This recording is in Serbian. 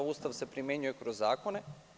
Ustav se primenjuje kroz zakone.